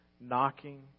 knocking